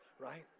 right